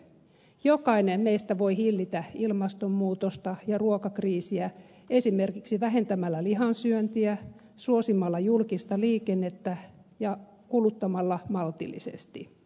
jokainen meistä voi hillitä ilmastonmuutosta ja ruokakriisiä esimerkiksi vähentämällä lihan syöntiä suosimalla julkista liikennettä ja kuluttamalla maltillisesti